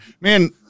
man